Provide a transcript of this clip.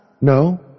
No